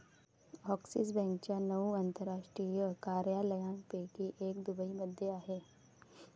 axis बँकेच्या नऊ आंतरराष्ट्रीय कार्यालयांपैकी एक दुबईमध्ये आहे